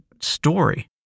story